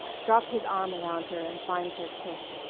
drop his arm around her and find her kiss.